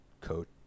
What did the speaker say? coat